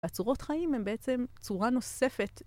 הצורות חיים הן בעצם צורה נוספת.